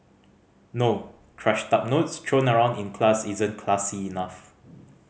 no crushed up notes thrown around in class isn't classy enough